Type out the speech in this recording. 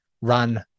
run